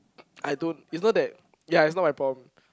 I don't yours know that ya it's not my problem